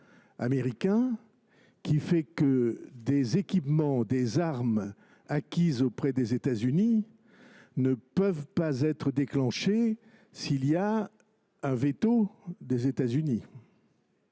américain prévoit que les équipements militaires ou les armes acquis auprès des États Unis ne peuvent pas être déclenchés s’il y a un veto des États Unis.